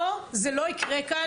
לא, לא, לא, זה לא יקרה כאן.